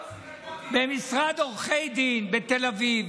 התפרסם במשרד עורכי דין בתל אביב